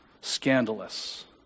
Scandalous